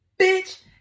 bitch